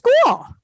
school